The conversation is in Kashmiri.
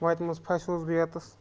وۄتہِ منٛز پھَسیووُس بہٕ ییٚتٮ۪س